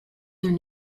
their